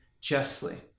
justly